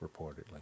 reportedly